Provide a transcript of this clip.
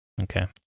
Okay